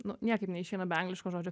nu niekaip neišeina be angliško žodžio